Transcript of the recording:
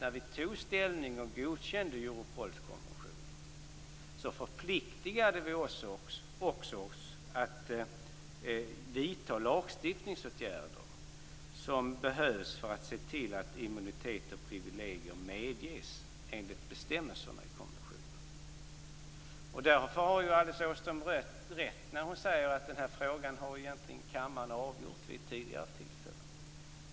När vi tog ställning och godkände Europolkonventionen förpliktade vi oss också att vidta de lagstiftningsåtgärder som behövs för att se till att immunitet och privilegier medges enligt bestämmelserna i konventionen. Därför har Alice Åström rätt när hon säger att kammaren egentligen vid ett tidigare tillfälle har avgjort den här frågan.